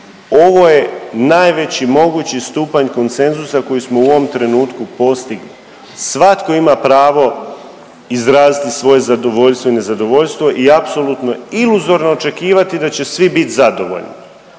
Ovo je najveći mogući stupanj konsenzusa koji smo u ovom trenutku postigli. Svatko ima pravo izraziti svoje zadovoljstvo i nezadovoljstvo i apsolutno je iluzorno očekivati da će svi biti zadovoljni.